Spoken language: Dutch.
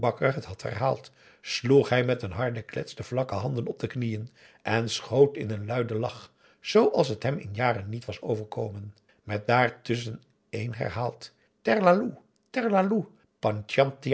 het had herhaald sloeg hij met een harde klets de vlakke handen op de knieën en schoot in een luiden lach zooals t hem in jaren niet was overkomen met daar tusschen een herhaald